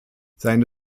seine